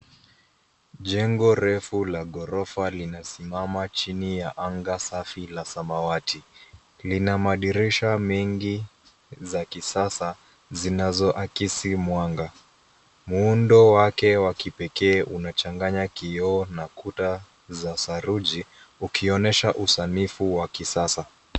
Jengo refu la ghorofa linasimama chini ya anga safi la samawati. Lina madirisha mengi za kisasa zinazoakisi mwanga. Muundo wake wa kipekee unachanganya kioo na kuta za saruji ukionyesha usanifu wa kisasa.